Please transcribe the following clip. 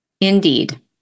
Indeed